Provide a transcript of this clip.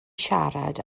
siarad